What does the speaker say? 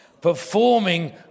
performing